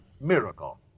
miracle